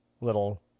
little